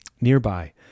Nearby